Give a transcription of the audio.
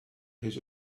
his